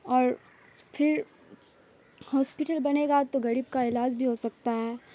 اور پھر ہاسپٹل بنے گا تو غریب کا علاج بھی ہو سکتا ہے